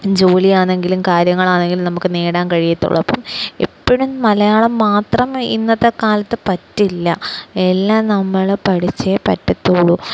ജോലിയാണെങ്കിലും കാര്യങ്ങളാണെങ്കിലും നമുക്ക് നേടാൻ കഴിയുകയുള്ളൂ അപ്പം എപ്പോഴും മലയാളം മാത്രം ഇന്നത്തെക്കാലത്ത് പറ്റില്ല എല്ലാം നമ്മള് പഠിച്ചേ പറ്റുകയുള്ളൂ